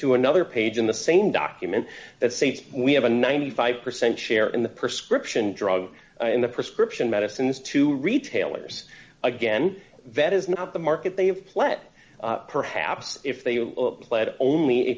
to another page in the same document as safe we have a ninety five percent share in the prescription drug in the prescription medicines to retailers again vet is not the market they play perhaps if they